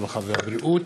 הרווחה והבריאות.